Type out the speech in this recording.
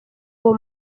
uwo